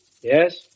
Yes